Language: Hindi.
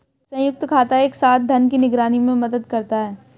संयुक्त खाता एक साथ धन की निगरानी में मदद करता है